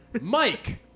Mike